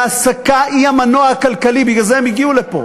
והעסקה היא המנוע הכלכלי, בגלל זה הם הגיעו לפה.